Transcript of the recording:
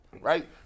right